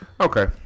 Okay